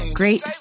great